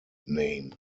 name